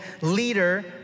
leader